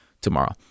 tomorrow